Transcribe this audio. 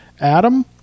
Adam